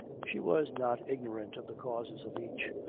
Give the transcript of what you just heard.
she was not ignorant of the causes of each,